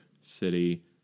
City